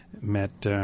met